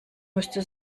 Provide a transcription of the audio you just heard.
müsste